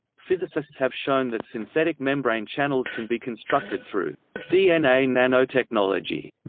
physicists have shown that synthetic membrane channels can be constructed through dna nanotechnology.